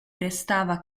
restava